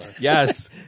Yes